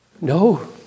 No